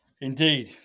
Indeed